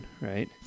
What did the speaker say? right